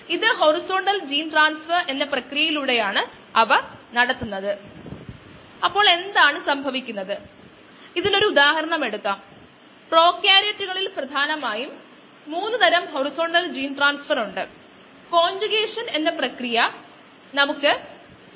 If S≈KS എങ്കിൽ രണ്ടും താരതമ്യപ്പെടുത്താവുന്നതിനാൽ നമുക്ക് Ks പ്ലസ് S മാറ്റിസ്ഥാപിക്കാൻ കഴിയുമെന്ന് നമുക്ക് പറയാനാവില്ല